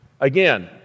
again